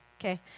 okay